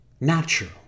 natural